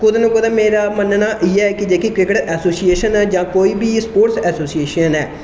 कुदै ना कुदै मेरा मन इ'यै हऐ कि जेह्का क्रिकेट ऐसोशेसन ऐ जां कोई बी स्पोर्ट्रस ऐसोशेशन ऐ